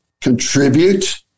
contribute